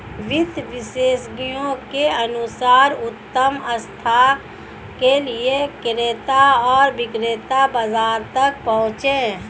वित्त विशेषज्ञों के अनुसार उत्तम आस्था के लिए क्रेता और विक्रेता बाजार तक पहुंचे